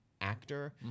actor